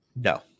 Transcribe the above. No